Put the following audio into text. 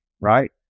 Right